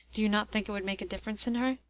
do you not think it would make a difference in her?